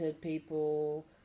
people